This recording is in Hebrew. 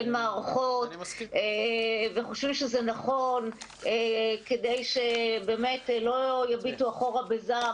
בין מערכות וחושבים שזה נכון כדי שלא יביטו אחורה בזעם,